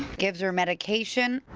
gives her medication.